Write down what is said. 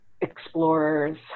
explorers